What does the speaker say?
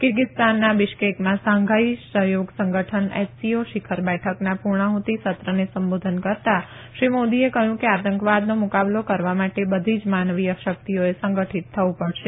કિર્ગીસ્તાનના બિશ્કેકમાં શાંઘાઈ સહયોગ સંગઠન એસસીઓ શિખર બેઠકના પુર્ણાહૃતિ સત્રને સંબોધન કરતા શ્રી મોદીએ કહયું કે આતંકવાદનો મુકાબલો કરવા માટે બધા જ માનવીય શકિતઓએ સંગઠીત થવું પડશે